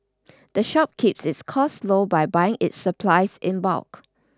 the shop keeps its costs low by buying its supplies in bulk